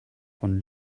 von